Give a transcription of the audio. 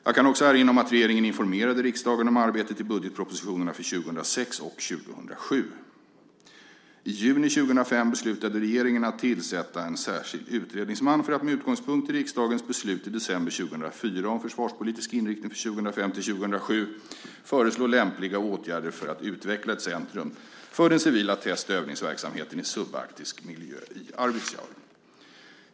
Jag kan erinra om att regeringen informerade riksdagen om arbetet i budgetpropositionerna för 2006 och 2007 . I juni 2005 beslutade regeringen att tillsätta en särskild utredningsman för att med utgångspunkt i riksdagens beslut i december 2004 om försvarspolitisk inriktning 2005-2007 föreslå lämpliga åtgärder för att utveckla ett centrum för den civila test och övningsverksamheten i subarktisk miljö i Arvidsjaur.